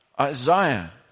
Isaiah